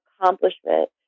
accomplishment